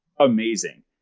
Amazing